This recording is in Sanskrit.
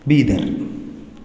बीदर्